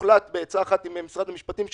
והוחלט בעצה אחת עם משרד המשפטים,